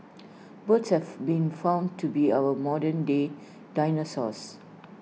birds have been found to be our modernday dinosaurs